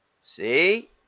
See